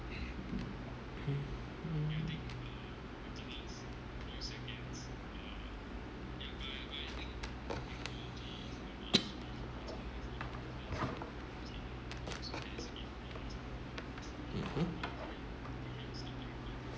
mmhmm